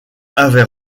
avait